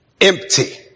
empty